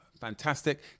fantastic